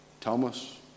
Thomas